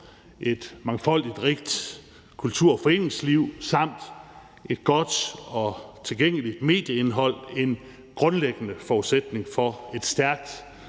et mangfoldigt, rigt kultur- og foreningsliv samt et godt og tilgængeligt medieindhold en grundlæggende forudsætning for et stærkt,